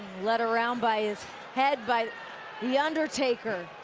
led around by his head by the undertaker.